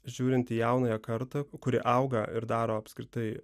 žiūrint į jaunąją kartą kuri auga ir daro apskritai